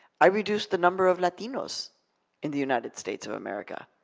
i reduced the number of latinos in the united states of america.